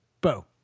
Bo